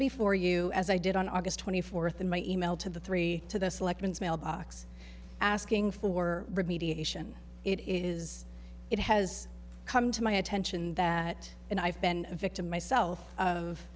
before you as i did on august twenty fourth in my e mail to the three to the selections mailbox asking for remediation it is it has come to my attention that and i've been a victim myself of